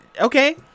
okay